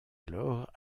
alors